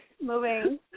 moving